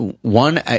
one